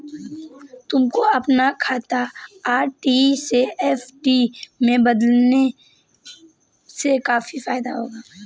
तुमको अपना खाता आर.डी से एफ.डी में बदलने से काफी फायदा होगा